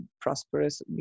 prosperous